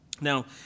Now